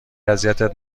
اذیتت